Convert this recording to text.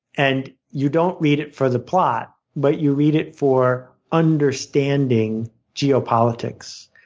and you don't read it for the plot but you read it for understanding geopolitics,